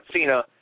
Cena